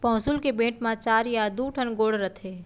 पौंसुल के बेंट म चार या दू ठन गोड़ रथे